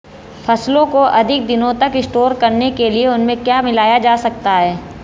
फसलों को अधिक दिनों तक स्टोर करने के लिए उनमें क्या मिलाया जा सकता है?